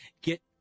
get